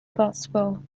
boswell